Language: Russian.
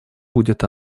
будет